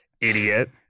Idiot